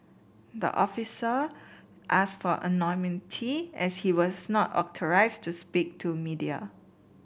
the official asked for anonymity as he was not authorised to speak to media